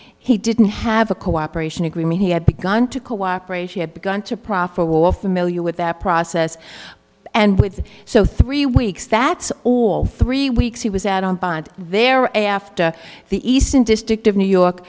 he didn't have a cooperation agreement he had begun to cooperate he had begun to proffer will of the milieu with that process and with so three weeks that's all three weeks he was out on bond there after the eastern district of new york